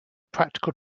practical